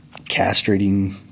castrating